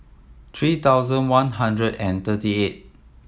three thousand one hundred and thirty eight